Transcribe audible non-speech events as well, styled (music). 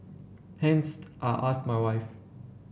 hence (unintelligible) I asked my wife